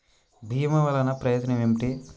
భీమ వల్లన ప్రయోజనం ఏమిటి?